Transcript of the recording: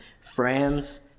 friends